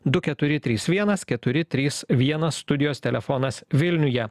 du keturi trys vienas keturi trys vienas studijos telefonas vilniuje